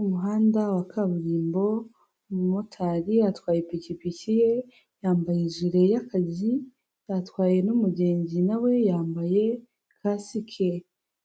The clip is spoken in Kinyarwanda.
Umuhanda wa kaburimbo, umumotari atwaye ipikipiki ye, yambaye ijeri y'akazi, atwaye n'umugenzi na we yambaye kasike.